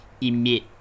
emit